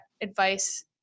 advice